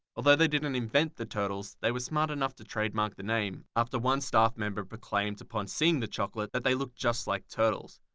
although they didn't invent the turtle they were smart enough to trademark the name after one staff member proclaimed upon seeing the chocolate that they looked just like turtles.